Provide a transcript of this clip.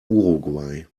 uruguay